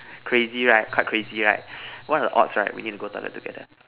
crazy right quite crazy right what are the odds right we need to go toilet together